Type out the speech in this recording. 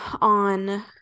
on